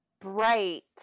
bright